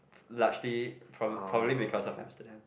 largely probab~ probably because of Amsterdam